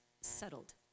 settled